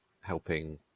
helping